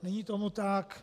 Není tomu tak.